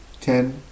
ten